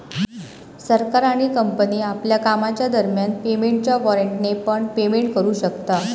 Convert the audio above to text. सरकार आणि कंपनी आपल्या कामाच्या दरम्यान पेमेंटच्या वॉरेंटने पण पेमेंट करू शकता